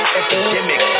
epidemic